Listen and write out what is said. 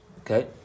Okay